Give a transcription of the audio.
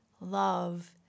love